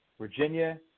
Virginia